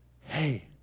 hey